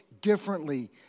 differently